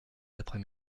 l’après